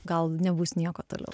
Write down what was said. gal nebus nieko toliau